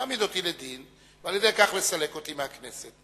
להעמיד אותי לדין ועל-ידי כך לסלק אותי מהכנסת.